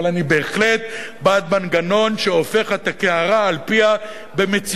אבל אני בהחלט בעד מנגנון שהופך את הקערה על פיה במציאות